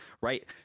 right